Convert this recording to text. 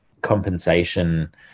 compensation